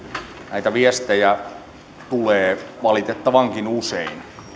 näitä viestejä tulee valitettavankin usein